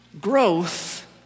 Growth